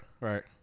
Right